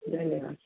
धन्यवादः